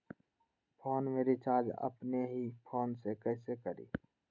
Phone में recharge अपने ही फ़ोन से कईसे करी?